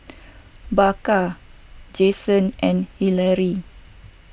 Baker Jensen and Hillary